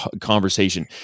conversation